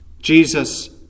Jesus